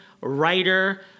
writer